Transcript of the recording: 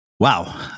Wow